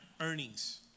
earnings